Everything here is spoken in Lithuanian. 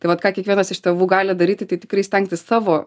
tai vat ką kiekvienas iš tėvų gali daryti tai tikrai stengtis savo